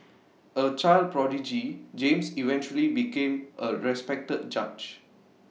A child prodigy James eventually became A respected judge